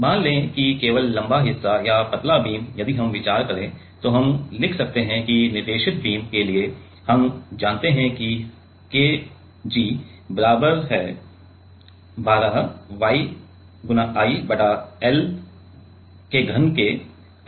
तो मान लें कि केवल लंबा हिस्सा या पतला बीम यदि हम विचार करें तो हम लिख सकते हैं कि निर्देशित बीम के लिए हम जानते हैं कि KG बराबर 12 YI बटा l घन के